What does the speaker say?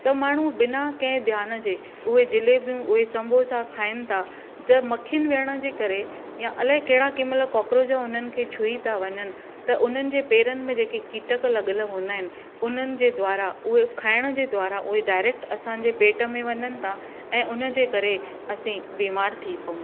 त माण्हू ॿिना कंहिं ध्यान जे उहे जलेबियूं उहे समोसा खाईनि था त मखियुनि वेहण जे करे या अलाए कहिड़ा कंहिं महिल कोकरोच हुननि खे छुई था वञनि त हुननि जे पेरनि में जेकी कीटक लॻल हूंदा आहिनि हुननि जे द्वारा उहे खाइण जे द्वारा उहे डायरेक्ट असांजे पेट में वञनि था ऐं हुनजे करे असी बीमारु थी पऊं था